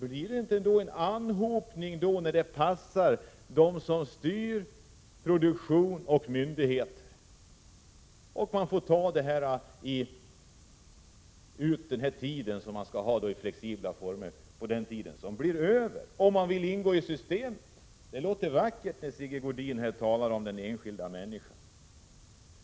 Blir det inte en anhopning, när det passar dem som styr produktionen och dem som styr myndigheterna? Arbetarna får, om de vill ingå i systemet, ta ut den arbetstid de skall ha i flexibla former under den tid som så att säga blir över. Det låter vackert när Sigge Godin talar om den enskilda människan.